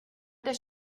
does